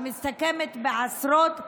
שמסתכמת בעשרות אחוזים,